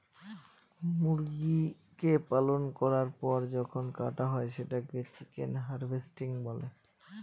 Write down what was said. মুরগিকে পালন করার পর যখন কাটা হয় সেটাকে চিকেন হার্ভেস্টিং বলে